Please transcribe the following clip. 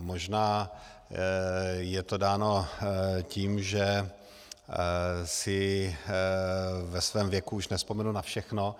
Možná je to dáno tím, že si ve svém věku už nevzpomenu na všechno.